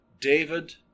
David